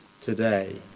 today